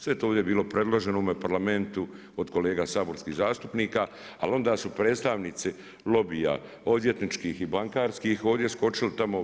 Sve je to ovdje bilo predloženo u ovome Parlamentu od kolega saborskih zastupnika, ali onda su predstavnici lobija, odvjetničkih i bankarskih ovdje skočili tamo.